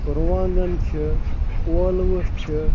رُوانٛگَن چھِ ٲلوٕ چھِ